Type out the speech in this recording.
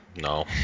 No